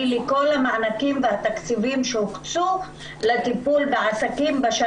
לכל המענקים והתקציבים שהוקצו לטיפול בעסקים.